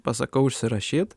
pasakau užsirašyt